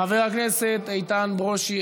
חבר הכנסת איתן ברושי,